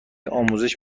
آموزش